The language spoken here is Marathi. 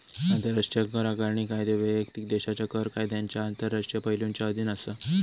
आंतराष्ट्रीय कर आकारणी कायदे वैयक्तिक देशाच्या कर कायद्यांच्या आंतरराष्ट्रीय पैलुंच्या अधीन असा